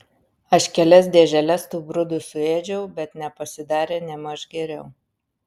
aš kelias dėželes tų brudų suėdžiau bet nepasidarė nėmaž geriau